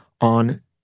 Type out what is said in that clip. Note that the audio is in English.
on